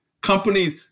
companies